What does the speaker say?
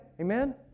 Amen